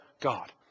God